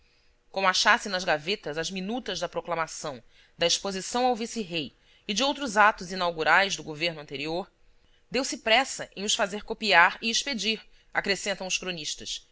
como achasse nas gavetas as minutas da proclamação da exposição ao vicerei e de outros atos inaugurais do governo anterior deu-se pressa em os fazer copiar e expedir acrescentam os cronistas